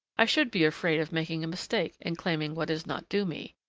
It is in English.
i should be afraid of making a mistake and claiming what is not due me,